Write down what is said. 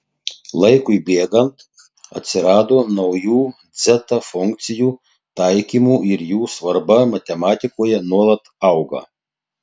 laikui bėgant atsirado naujų dzeta funkcijų taikymų ir jų svarba matematikoje nuolat augo